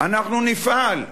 אנחנו נפעל.